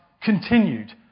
Continued